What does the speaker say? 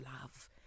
love